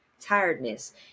tiredness